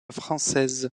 française